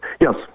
Yes